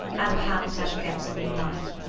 and perhaps i shall get some new light.